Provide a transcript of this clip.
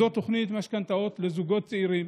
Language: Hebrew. זו תוכנית משכנתאות לזוגות צעירים